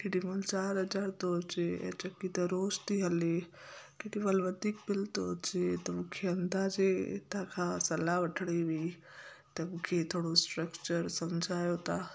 केॾी महिल चारि हज़ार थो अचे ऐं चक्की त रोज़ु थी हले केॾी महिल वधीक बिल थो अचे त मूंखे अंदाज़े तव्हां खां सलाह वठिणी हुई त मूंखे थोरो इस्ट्रक्चर समुझायो तव्हां